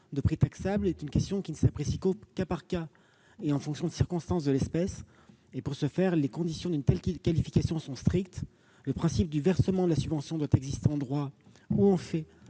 de prix taxable est une question qui ne s'apprécie qu'au cas par cas et en fonction des circonstances de l'espèce. Pour ce faire, les conditions d'une telle qualification sont strictes : le principe du versement de la subvention doit exister en droit ou en fait